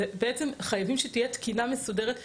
חייבים שתהיה תקינה מסודרת ובינוי.